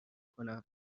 کنم